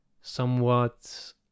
somewhat